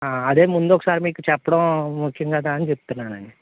అదే ముందు ఒకసారి మీకు చెప్పడం ముఖ్యం కదా అని చెప్తున్నాను అండి